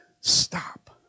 stop